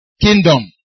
kingdom